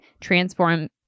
Transform